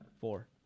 Four